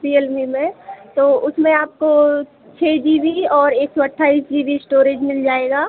Realme में तो उसमें आपको छः जी बी और एक सौ अट्ठाईस जी बी इस्टोरेज मिल जाएगी